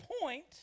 point